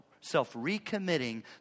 self-recommitting